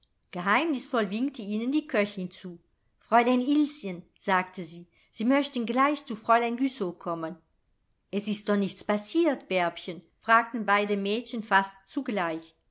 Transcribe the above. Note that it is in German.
winkte ihnen die köchin zu fräulein ilschen sagte sie sie möchten gleich zu fräulein güssow kommen es ist doch nichts passiert bärbchen fragten beide mädchen fast zugleich